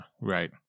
right